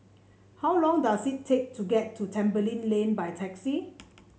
how long does it take to get to Tembeling Lane by taxi